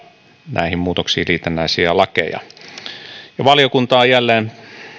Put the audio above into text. näihin muutoksiin liitännäisiä lakeja valiokunta on jälleen